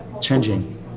changing